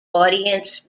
audience